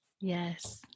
Yes